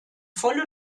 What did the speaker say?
volle